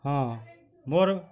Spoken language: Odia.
ହଁ ମୋର୍